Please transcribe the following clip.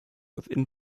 within